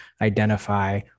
identify